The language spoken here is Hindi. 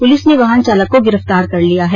पुलिस ने वाहन चालक को गिरफ्तार कर लिया है